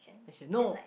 then she'll no